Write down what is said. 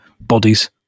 bodies